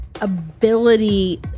ability